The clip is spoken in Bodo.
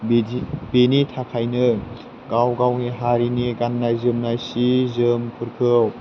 बिनि थाखायनो गाव गावनि हारिनि गाननाय जोमनाय सि जोमफोरखौ